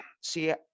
see